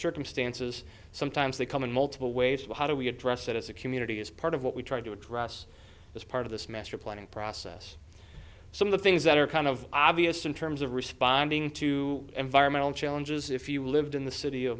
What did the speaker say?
circumstances sometimes they come in multiple ways of how do we address it as a community is part of what we try to address this part of this master planning process some of the things that are kind of obvious in terms of responding to environmental challenges if you lived in the